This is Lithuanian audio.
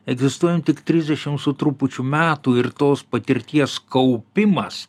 egzistuojant tik trisdešim su trupučiu metų ir tos patirties kaupimas